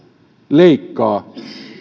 leikkaa